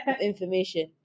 information